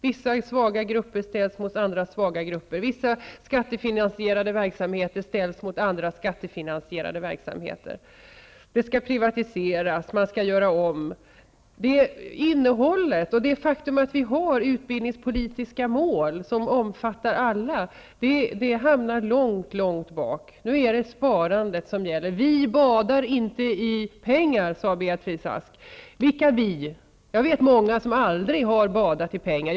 Vissa svaga grupper ställs mot andra svaga grupper. Vissa skattefinansierade verksamheter ställs mot andra skattefinansierade verksamheter. Det skall privatiseras, man skall göra om. Det faktum att vi har utbildningspolitiska mål, som omfattar alla, hamnar långt bak. Nu är det sparande som gäller. Vi badar inte i pengar, sade Beatrice Ask. Vilka vi? Jag vet många som aldrig har badat i pengar.